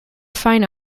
fine